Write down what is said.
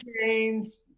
Chains